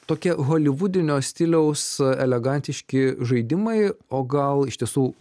tokie holivudinio stiliaus elegantiški žaidimai o gal iš tiesų